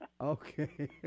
Okay